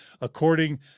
according